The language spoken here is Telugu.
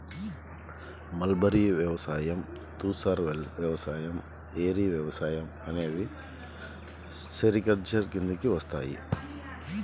మల్బరీ వ్యవసాయం, తుసర్ వ్యవసాయం, ఏరి వ్యవసాయం అనేవి సెరికల్చర్ కిందికి వస్తాయి